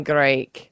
Greek